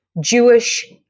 Jewish